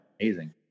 Amazing